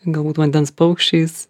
galbūt vandens paukščiais